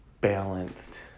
balanced